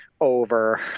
over